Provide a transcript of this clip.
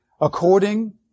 according